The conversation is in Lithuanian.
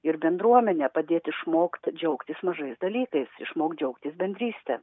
ir bendruomenę padėt išmokt džiaugtis mažais dalykais išmok džiaugtis bendryste